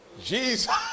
Jesus